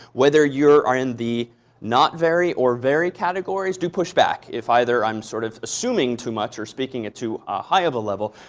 whether you are in the not very or very categories, do push back if either i'm sort of assuming too much or speaking at too ah high of a level.